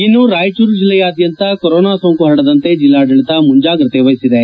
ಇನ್ನು ರಾಯಚೂರು ಜಲ್ಲೆಯಾದ್ಯಂತ ಕೊರೊನಾ ಸೋಂಕು ಪರಡದಂತೆ ಜಲ್ಲಾಡಳತ ಮುಂಜಾಗೃತಾ ತ್ರಮವಹಿಸಿದೆ